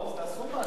אז תעשו משהו.